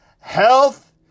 health